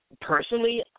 Personally